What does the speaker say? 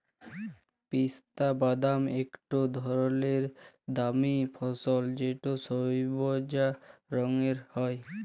পিস্তা বাদাম ইকট ধরলের দামি ফসল যেট সইবজা রঙের হ্যয়